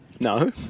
No